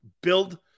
Build